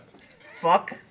fuck